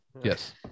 Yes